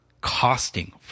costing